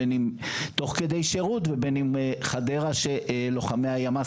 בין אם תוך כדי שירות ובין אם חדרה שלוחמי הימס